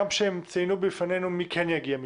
הגם שהם ציינו בפנינו מי כן יגיע מטעמם.